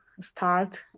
start